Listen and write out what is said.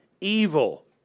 Evil